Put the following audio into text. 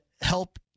help